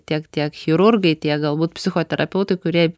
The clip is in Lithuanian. tiek tiek chirurgai tiek galbūt psichoterapeutai kurie